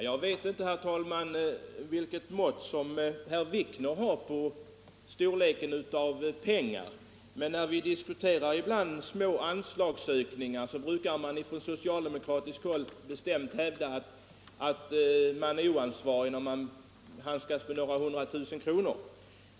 Herr talman! Jag vet inte vilket mått herr Wikner har på storleken av pengar. Ibland när vi diskuterar små anslagsökningar hävdar man bestämt från socialdemokratiskt håll att vi är oansvariga när vi föreslår höjningar med några hundra tusen kronor.